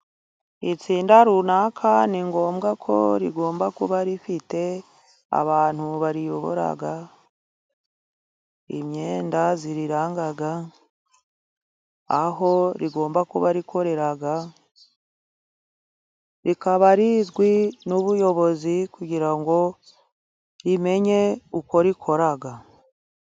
Itsinda runaka ni ngombwa ko rigomba kuba rifite abantu bariyobora, imyenda iriranga, aho rigomba kuba rikorera, rikaba rizwi n'ubuyobozi kugira ngo rimenye uko rikora.